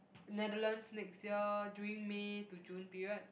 Netherlands next year during May to June period